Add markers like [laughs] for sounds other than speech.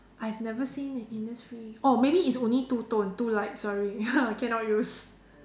I've never seen at innisfree oh maybe it's only two tone too light sorry [laughs] I cannot use